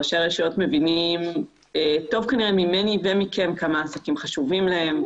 ראשי הרשויות מבינים טוב ממני ומכם כמה העסקים חשובים להם.